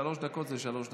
שלוש דקות זה שלוש דקות.